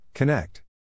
Connect